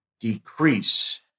decrease